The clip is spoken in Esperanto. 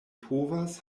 povas